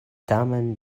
tamen